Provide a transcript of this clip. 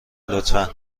لطفا